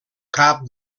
cap